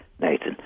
Nathan